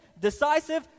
decisive